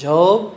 Job